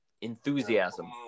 enthusiasm